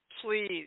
please